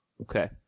Okay